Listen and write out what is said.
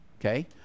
okay